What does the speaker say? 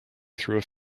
through